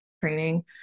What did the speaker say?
training